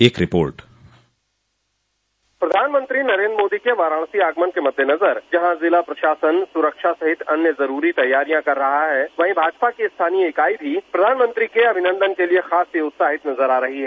एक रिपोर्ट प्रधानमंत्री के वाराणसी आगमन के मद्देनज़र जहां ज़िला प्रशासन सुरक्षा सहित अन्य ज़रूरी तैयारियां कर रहा है वहीं भाजपा की स्थानीय इकाई भी प्रधानमंत्री के अभिनन्दन के लिए खासी उत्साहित नज़र आ रही है